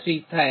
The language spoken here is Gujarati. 03 થાય